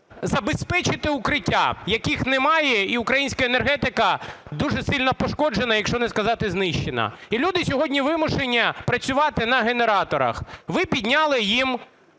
забезпечити укриття, яких немає, і українська енергетика дуже сильно пошкоджена, якщо не сказати знищена, і люди сьогодні вимушені працювати на генераторах. Ви підняли їм